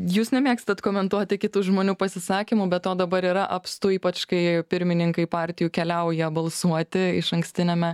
jūs nemėgstat komentuoti kitų žmonių pasisakymų be to dabar yra apstu ypač kai pirmininkai partijų keliauja balsuoti išankstiniame